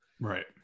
right